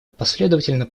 последовательно